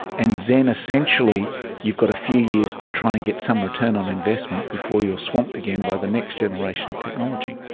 and then essentially you've got a few years to try and get some return on investment before you're swamped again by the next generation of technology.